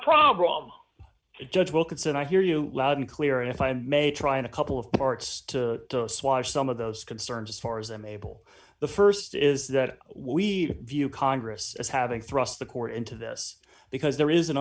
problem judge wilkinson i hear you loud and clear and if i may try in a couple of parts to swash some of those concerns as far as i'm able the st is that we view congress as having thrust the court into this because there is an